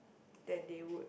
than they would